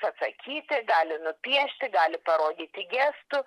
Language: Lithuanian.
pasakyti gali nupiešti gali parodyti gestu